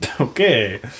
Okay